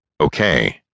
Okay